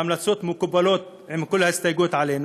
ההמלצות מקובלות, עם כל ההסתייגויות, עלינו,